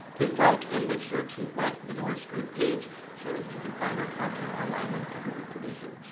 please like and make sure to like the norris group page so you can find our content online whenever we produce it.